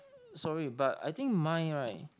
sorry but I think mine right